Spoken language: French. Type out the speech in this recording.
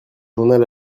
journal